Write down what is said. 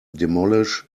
demolish